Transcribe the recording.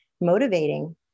motivating